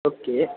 okay